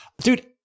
dude